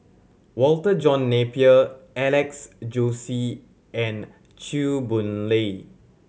Walter John Napier Alex Josey and Chew Boon Lay